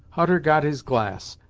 hutter got his glass,